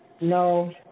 No